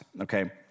Okay